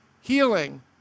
healing